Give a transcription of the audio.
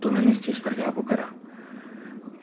تو میں نے اِس چیز پر قابو کرا